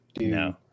no